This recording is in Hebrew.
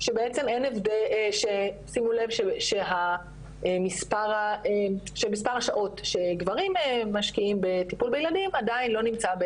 שבעצם שימו לב שמספר השעות שגברים משקיעים בטיפול בילדים עדיין לא נמצא,